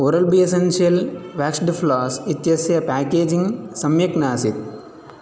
oral B essential waxed floss इत्यस्य packaging सम्यक् नासीत्